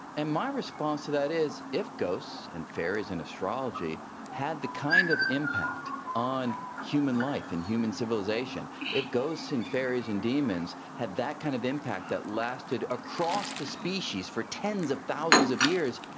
and my response to that is if ghosts and fairies and astrology had the kind of impact on human life and human civilisation, if ghosts and fairies and demons had that kind of impact that lasted across the species for tens of thousands of years,